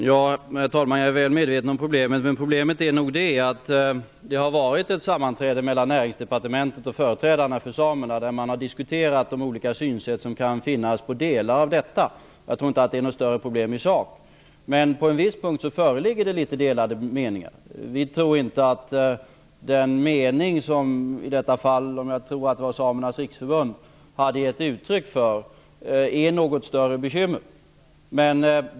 Herr talman! Jag är väl medveten om problemet. Det har förekommit ett sammanträde mellan företrädare för Näringsdepartementet och för samerna där man har diskuterat de olika synsätt som kan finnas i vissa delar. Jag tror inte att det är något större problem i sak. Men på en viss punkt föreligger litet delade meningar. Vi tror inte att den mening, som jag vill minnas att Samernas riksförbund gav uttryck för är något större bekymmer.